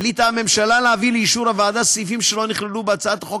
החליטה הממשלה להביא לאישור הוועדה סעיפים שלא נכללו בהצעת החוק